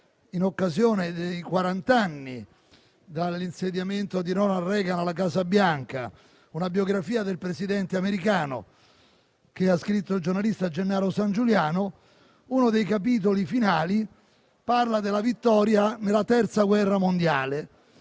in occasione dei quarant'anni dall'insediamento di Ronald Reagan alla Casa Bianca, una biografia del Presidente americano scritta dal giornalista Gennaro Sangiuliano, uno dei capitoli finali parla della vittoria nella Terza guerra mondiale,